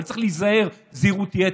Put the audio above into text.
וצריך להיזהר זהירות יתר.